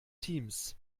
teams